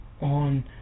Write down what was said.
on